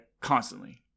constantly